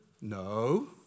No